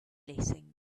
blessing